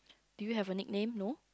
do you have a nickname no